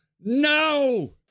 no